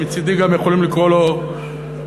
מצדי גם יכולים לקרוא לו בלועזית,